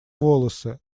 волосы